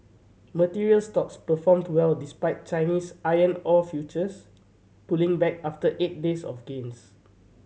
materials stocks performed well despite Chinese iron ore futures pulling back after eight days of gains